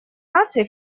наций